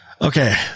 Okay